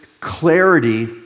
clarity